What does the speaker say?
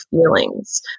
feelings